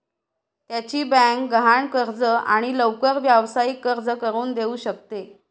त्याची बँक गहाण कर्ज आणि लवकर व्यावसायिक कर्ज करून देऊ शकते